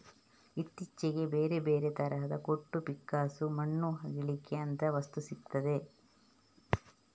ಇತ್ತೀಚೆಗೆ ಬೇರೆ ಬೇರೆ ತರದ ಕೊಟ್ಟು, ಪಿಕ್ಕಾಸು, ಮಣ್ಣು ಅಗೀಲಿಕ್ಕೆ ಅಂತ ವಸ್ತು ಸಿಗ್ತದೆ